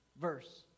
verse